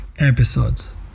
episodes